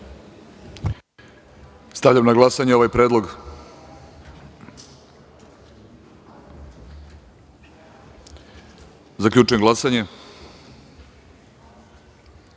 Stavljam na glasanje ovaj predlog. Zaključujem glasanje: